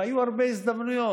והיו הרבה הזדמנויות.